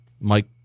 Mike